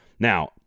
Now